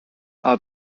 are